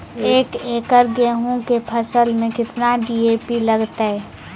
एक एकरऽ गेहूँ के फसल मे केतना डी.ए.पी लगतै?